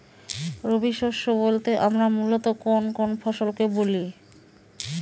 রবি শস্য বলতে আমরা মূলত কোন কোন ফসল কে বলি?